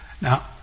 Now